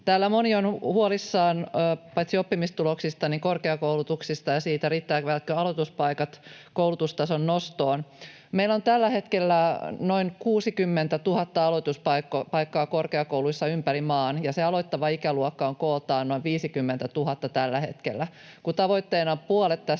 Täällä moni on huolissaan paitsi oppimistuloksista myös korkeakoulutuksesta ja siitä, riittävätkö aloituspaikat koulutustason nostoon. Meillä on tällä hetkellä noin 60 000 aloituspaikkaa korkeakouluissa ympäri maan, ja se aloittava ikäluokka on kooltaan noin 50 000 tällä hetkellä. Kun tavoitteena on puolet